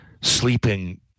sleeping